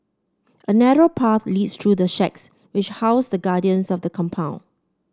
a narrow path leads through the shacks which house the guardians of the compound